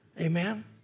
Amen